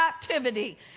captivity